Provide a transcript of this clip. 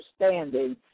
understanding